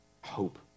hope